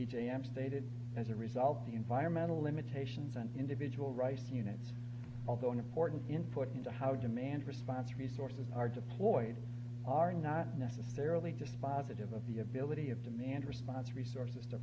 and stated as a result of the environmental limitations on individual rice units although important input into how demand response resources are deployed are not necessarily dispositive of the ability of demand response resources to